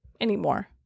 anymore